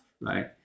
Right